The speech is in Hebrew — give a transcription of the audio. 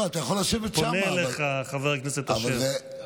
פונה אליך חבר הכנסת אשר.